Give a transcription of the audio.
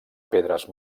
pedres